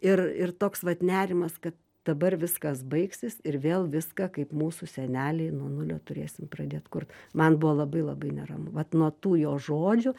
ir ir toks vat nerimas kad dabar viskas baigsis ir vėl viską kaip mūsų seneliai nuo nulio turėsim pradėt kurt man buvo labai labai neramu vat nuo tų jo žodžių